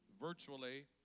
virtually